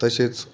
तसेच